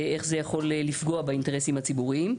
איך זה יכול לפגוע באינטרסים הציבוריים,